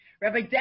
Rabbi